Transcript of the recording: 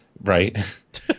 Right